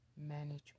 Management